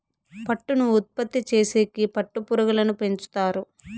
పట్టును ఉత్పత్తి చేసేకి పట్టు పురుగులను పెంచుతారు